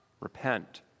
repent